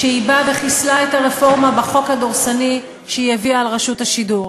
כשהיא באה וחיסלה את הרפורמה בחוק הדורסני שהיא הביאה על רשות השידור,